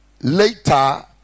later